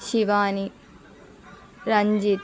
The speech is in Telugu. శివానీ రంజిత్